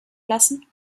lassen